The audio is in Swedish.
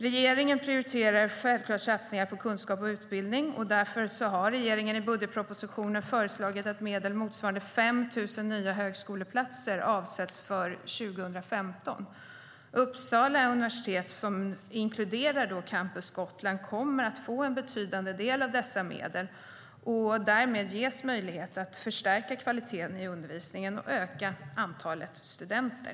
Regeringen prioriterar satsningar på kunskap och utbildning. Regeringen har i budgetpropositionen föreslagit att medel motsvarande 5 000 nya högskoleplatser avsätts för 2015. Uppsala universitet, som inkluderar Campus Gotland, kommer att få en betydande del av dessa medel, och därmed ges möjlighet att förstärka kvaliteten i undervisningen och öka antalet studenter.